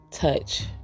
touch